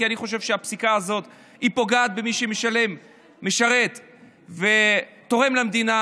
כי אני חושב שהפסיקה הזאת פוגעת במי שמשרת ותורם למדינה,